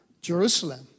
Jerusalem